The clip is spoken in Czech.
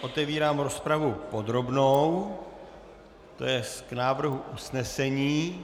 Otevírám rozpravu podrobnou, to jest k návrhu usnesení.